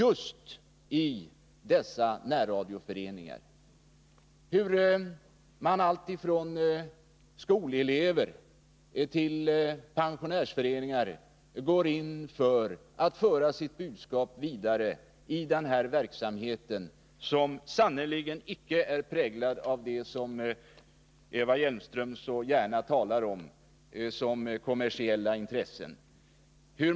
Olika grupper, alltifrån skolelever till pensionärsföreningar, söker föra sitt budskap vidare i den här verksamheten, som sannerligen icke är präglad av de kommersiella intressen som Eva Hjelmström så gärna talar om.